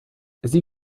sie